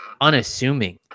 unassuming